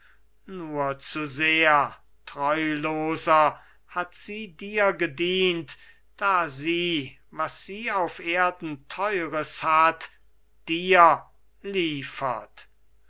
nur zu sehr treuloser hat sie dir gedient da sie was sie auf erden theures hat dir liefert